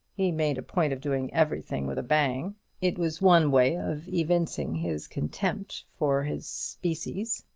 he made a point of doing every thing with a bang it was one way of evincing his contempt for his species.